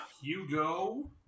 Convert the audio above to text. Hugo